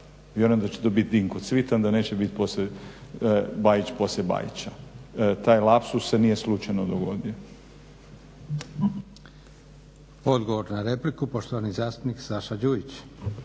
vjerujem da će to biti Dinko Cvitan da neće biti Bajić poslije Bajića. Taj lapsus se nije slučajno dogodio. **Leko, Josip (SDP)** Odgovor na repliku poštovani zastupnik Saša Đujić.